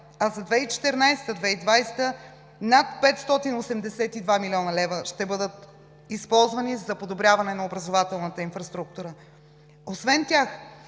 а за 2014 – 2020 г. над 582 млн. лв. ще бъдат използвани за подобряване на образователната инфраструктура. Освен тях